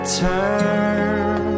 turn